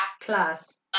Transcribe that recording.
Class